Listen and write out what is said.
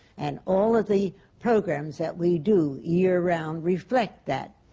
and all of the programs that we do year-round reflect that.